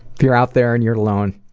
if you're out there and you're alone,